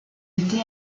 été